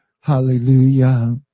Hallelujah